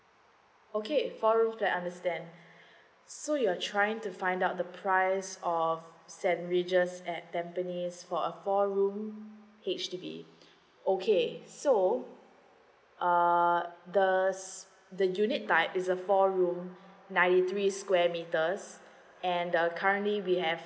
okay four rooms that understand so you're trying to find out the price of st regis at tampines for a four room H_D_B okay so uh the s~ the unit type is a four room ninety three square meters and uh currently we have